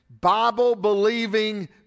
Bible-believing